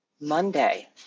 Monday